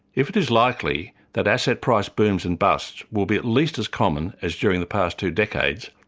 if it is likely that asset price booms and busts will be at least as common as during the past two decades,